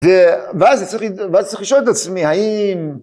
ואז צריך לשאול את עצמי, האם...